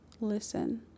listen